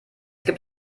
gibt